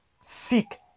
Seek